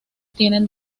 tienen